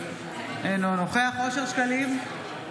אינו נוכח אושר שקלים,